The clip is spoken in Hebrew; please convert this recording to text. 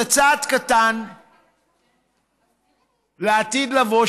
זה צעד קטן לעתיד לבוא,